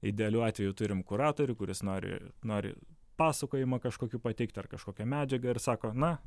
idealiu atveju turim kuratorių kuris nori nori pasakojimą kažkokių pateikt ar kažkokią medžiagą ir sako na